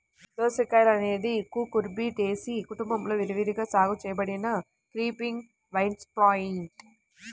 దోసకాయఅనేది కుకుర్బిటేసి కుటుంబంలో విరివిగా సాగు చేయబడిన క్రీపింగ్ వైన్ప్లాంట్